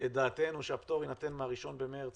את דעתנו שהפטור יינתן מה-1 במרץ